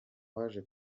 waje